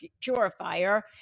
purifier